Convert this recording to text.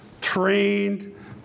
trained